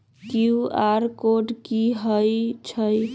QR code कि हई छई?